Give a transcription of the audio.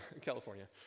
California